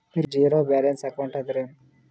Zero balance account ಅಂದ್ರ ಏನು?